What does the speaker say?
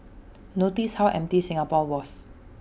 notice how empty Singapore was